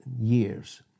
years